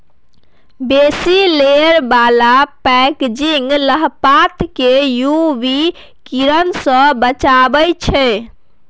बेसी लेयर बला पैकेजिंग चाहपात केँ यु वी किरण सँ बचाबै छै